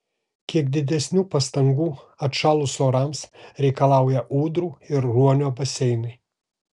kiek didesnių pastangų atšalus orams reikalauja ūdrų ir ruonio baseinai